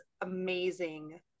amazing